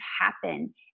happen